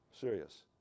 Serious